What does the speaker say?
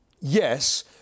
yes